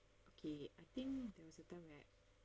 okay I think there was a time when I